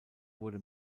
wurde